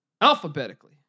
alphabetically